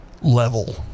level